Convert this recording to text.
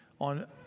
on